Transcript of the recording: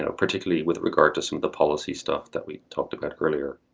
ah particularly with regard to some of the policy stuff that we talked about earlier.